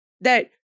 that-